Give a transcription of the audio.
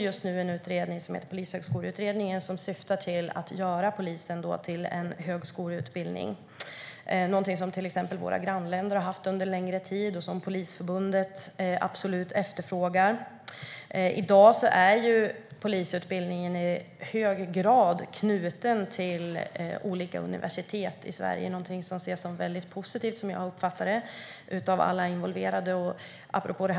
Just nu pågår utredningen En förändrad polisutbildning , som syftar till att göra polisutbildningen till en högskoleutbildning, något som exempelvis våra grannländer har haft under längre tid och som absolut efterfrågas av Polisförbundet. I dag är polisutbildningen i hög grad knuten till olika universitet i Sverige, något som jag uppfattar att alla involverade ser som väldigt positivt.